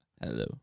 Hello